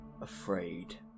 afraid